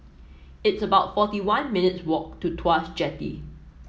it's about forty one minutes walk to Tuas Jetty